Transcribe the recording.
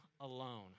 alone